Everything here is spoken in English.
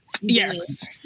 Yes